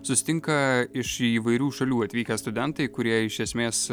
susitinka iš įvairių šalių atvykę studentai kurie iš esmės